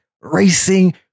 racing